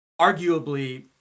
Arguably